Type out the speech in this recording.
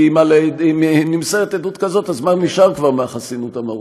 כי אם נמסרת עדות כזאת אז מה נשאר כבר מהחסינות המהותית?